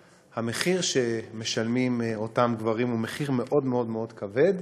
והמחיר שמשלמים אותם גברים הוא מחיר מאוד מאוד מאוד כבד,